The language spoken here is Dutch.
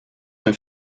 een